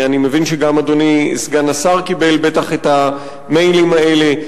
אני מבין שגם אדוני סגן השר קיבל את המיילים האלה.